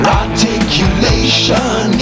articulation